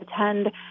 attend